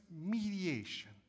mediation